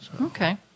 Okay